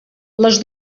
les